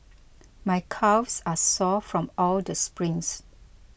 my calves are sore from all the sprints